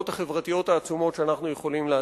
החברתיות העצומות שאנחנו יכולים להשיג.